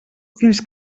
fins